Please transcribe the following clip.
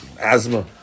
Asthma